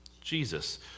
Jesus